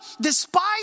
despise